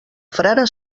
frare